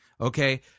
Okay